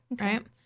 right